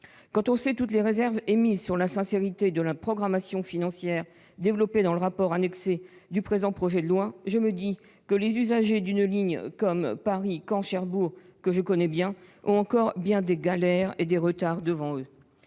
égard à toutes les réserves émises sur la sincérité de la programmation financière développée dans le rapport annexé au présent projet de loi, je me dis que les usagers de la ligne Paris-Caen-Cherbourg, que je connais bien, ont encore bien des galères et des retards devant eux